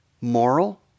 moral